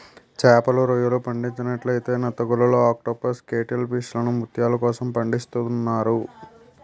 చేపలు, రొయ్యలు పండించినట్లే నత్తగుల్లలు ఆక్టోపస్ కేటిల్ ఫిష్లను ముత్యాల కోసం పండిస్తున్నారు